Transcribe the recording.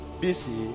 busy